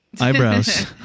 eyebrows